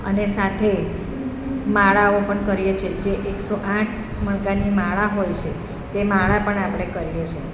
અને સાથે માળાઓ પણ કરીએ છીએ જે એકસો આઠ મણકાની માળા હોય છે તે માળા પણ આપણે કરીએ છીએ